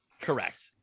Correct